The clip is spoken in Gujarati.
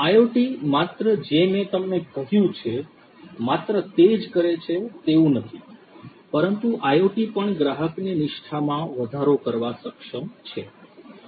IoT માત્ર જે મેં તમને કહ્યું છે માત્ર તે જ કરે છે તેવું નથી પરંતુ IoT પણ ગ્રાહકની નિષ્ઠામાં વધારો કરવા સક્ષમ છે